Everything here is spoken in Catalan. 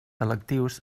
selectius